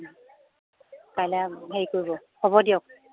কাইলৈ হেৰি কৰিব হ'ব দিয়ক